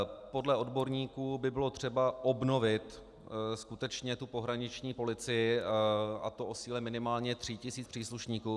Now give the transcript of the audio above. Podle odborníků by bylo třeba obnovit skutečně pohraniční policii, a to o síle minimálně tří tisíc příslušníků.